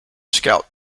scout